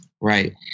Right